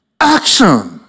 ACTION